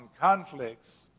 conflicts